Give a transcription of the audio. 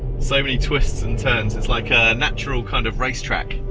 so many twists and turns! it's like a natural kind of race track.